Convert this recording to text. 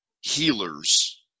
healers